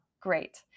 Great